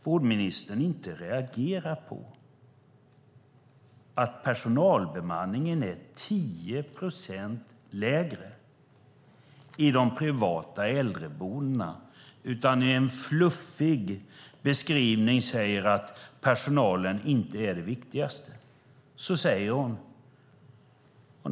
Vårdministern reagerar inte för att personalbemanningen är 10 procent lägre i de privata äldreboendena, utan säger med en fluffig beskrivning att personalen inte är viktigast.